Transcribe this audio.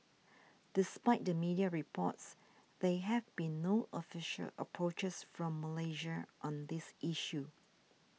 despite the media reports there have been no official approaches from Malaysia on this issue